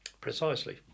Precisely